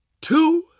two